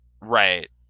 Right